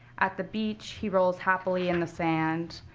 at the beach, he rolls happily in the sand,